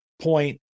point